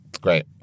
Great